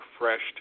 refreshed